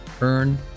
Earn